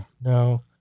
No